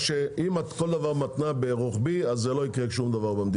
אם את מתנה כל דבר ברוחבי אז לא יקרה במדינה שום דבר.